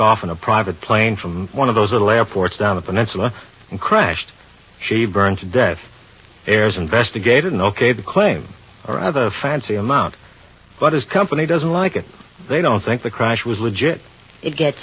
off in a private plane from one of those little airports down the peninsula and crashed she burned to death airs investigated and okayed claim or other fancy amount but his company doesn't like it they don't think the crash was legit it gets